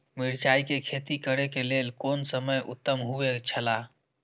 मिरचाई के खेती करे के लेल कोन समय उत्तम हुए छला?